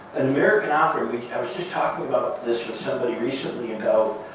an american opera, i was just talking about this with somebody recently ago.